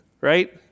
right